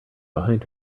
behind